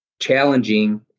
challenging